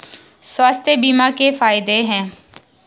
स्वास्थ्य बीमा के फायदे हैं?